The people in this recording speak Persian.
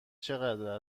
چقدر